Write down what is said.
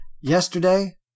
yesterday